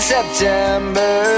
September